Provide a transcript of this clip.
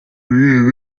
rwego